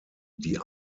die